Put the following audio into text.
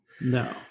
No